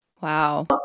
Wow